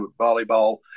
volleyball